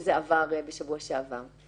שזה עבר בשבוע שעבר.